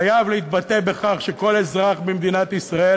חייב להתבטא בכך שכל אזרח במדינת ישראל,